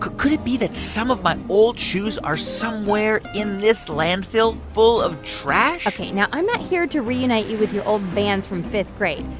could it be that some of my old shoes are somewhere in this landfill full of trash? ok, now, i'm not here to reunite you with your old bands from fifth grade.